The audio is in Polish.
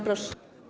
Proszę.